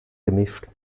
gemischt